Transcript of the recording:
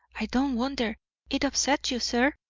i don't wonder it upset you, sir.